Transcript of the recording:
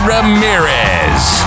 Ramirez